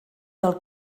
del